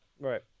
Right